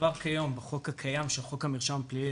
שכבר כיום בחוק הקיים של חוק המרשם הפלילי,